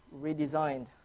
redesigned